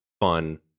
fun